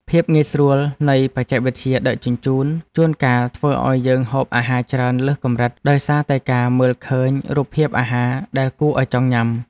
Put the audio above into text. ភាពងាយស្រួលនៃបច្ចេកវិទ្យាដឹកជញ្ជូនជួនកាលធ្វើឲ្យយើងហូបអាហារច្រើនលើសកម្រិតដោយសារតែការមើលឃើញរូបភាពអាហារ ដែលគួរឲ្យចង់ញ៉ាំ។